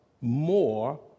more